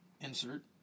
insert